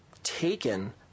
taken